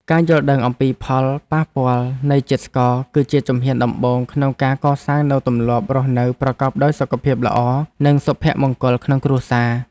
ការយល់ដឹងអំពីផលប៉ះពាល់នៃជាតិស្ករ គឺជាជំហានដំបូងក្នុងការកសាងនូវទម្លាប់រស់នៅប្រកបដោយសុខភាពល្អ និងសុភមង្គលក្នុងគ្រួសារ។